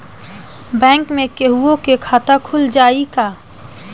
Bank में केहूओ के खाता खुल जाई का?